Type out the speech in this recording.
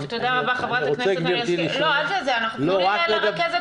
טוב, תודה רבה, חברת הכנסת מלינובסקי.